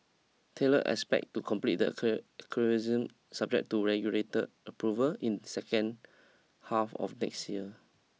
Thales expect to complete the acer acquisition subject to regulated approval in second half of next year